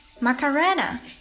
Macarena